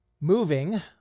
Moving